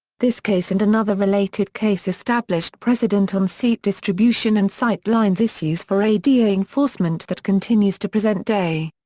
this case and another related case established precedent on seat distribution and sight lines issues for ada enforcement that continues to present day.